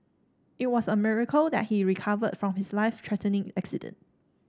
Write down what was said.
it was a miracle that he recovered from his life threatening accident